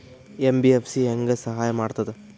MBFC ಹೆಂಗ್ ಸಹಾಯ ಮಾಡ್ತದ?